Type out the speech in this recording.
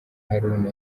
haruna